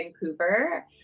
Vancouver